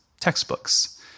textbooks